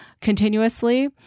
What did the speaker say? continuously